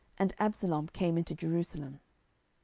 and absalom came into jerusalem.